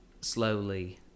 slowly